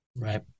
Right